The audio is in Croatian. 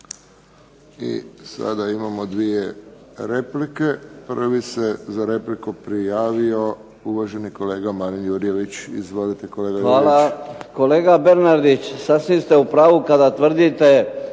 I sada imamo dvije replike. Prvi se za repliku prijavio uvaženi kolega Marin Jurjević. Izvolite kolega Jurjević. **Jurjević, Marin (SDP)** Hvala. Kolega Bernardić, sasvim ste u pravu kada tvrdite